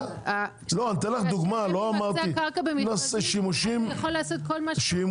אם אתה מוצא קרקע במכרזים אתה יכול לעשות כל מה שאתה רוצה.